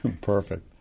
Perfect